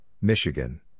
Michigan